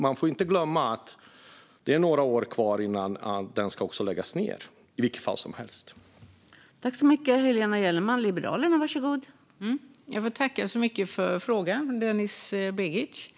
Vi får ju inte glömma att det bara är några år kvar tills Bromma i vilket fall som helst ska läggas ned.